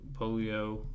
polio